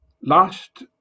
Last